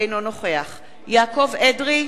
אינו נוכח יעקב אדרי,